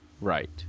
right